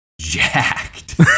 jacked